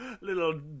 little